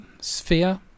Sphere